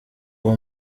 uwo